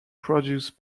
produced